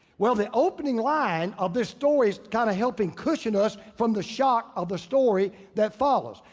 well, the opening line of the story is kinda helping cushion us from the shock of the story that follows.